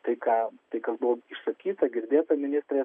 tai ką tai kas buvo išsakyta girdėta ministrės